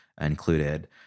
included